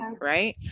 right